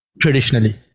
traditionally